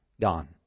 gone